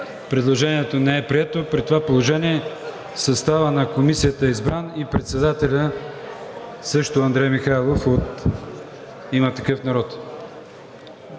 Предложението не е прието. При това положение съставът на Комисията е избран и председателят също – Андрей Михайлов от „Има такъв народ“.